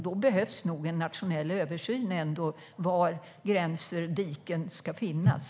Då behövs nog en nationell översyn om var gränser och diken ska finnas.